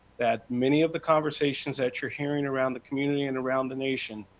that many of the conversations that you are hearing around the community and around the nation,